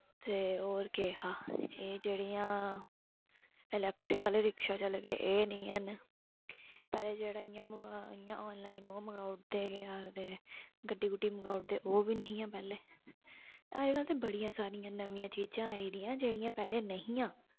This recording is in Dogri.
ते और केह् हा एह् जेह्ड़ियां इलैक्टरिकल रिक्शा चलेदे एह् नि हैन पैह्ले जेह्ड़ा इ'यां इ'यां आनलाईन ओह् मंगाई ओड़दे केह् आक्खदे गड्डी गुड्डी मंगाई ओड़दे ओह् बी नेहियां पैह्लें अजकल्ल ते बड़ियां सारियां नमियां चीजां आई दियां जेह्ड़ियां पैह्ले नेहियां